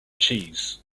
cheese